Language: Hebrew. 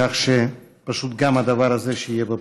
כך שפשוט גם הדבר הזה, שיהיה בפרוטוקול.